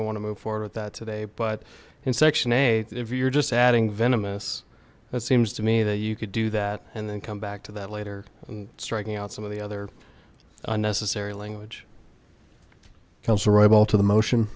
don't want to move forward with that today but in section eight if you're just adding venomous it seems to me that you could do that and then come back to that later and striking out some of the other unnecessary language